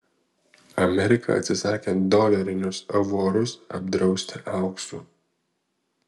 amerika atsisakė dolerinius avuarus apdrausti auksu